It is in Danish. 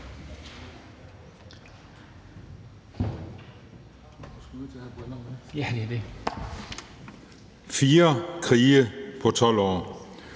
Fire krige på 12 år.